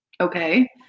Okay